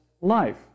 life